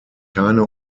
keine